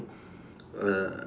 uh